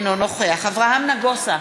אינו נוכח אברהם נגוסה,